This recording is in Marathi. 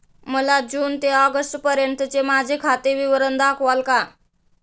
मला जून ते ऑगस्टपर्यंतचे माझे खाते विवरण दाखवाल का?